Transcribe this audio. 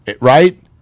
Right